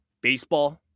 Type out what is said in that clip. Baseball